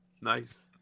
Nice